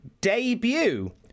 debut